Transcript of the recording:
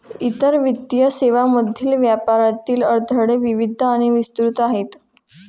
इतर वित्तीय सेवांमधील व्यापारातील अडथळे विविध आणि विस्तृत आहेत